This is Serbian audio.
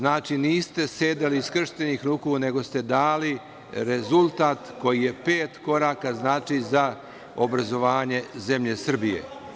Niste sedeli skrštenih ruku, nego ste dali rezultat koji pet koraka znači za obrazovanje zemlje Srbije.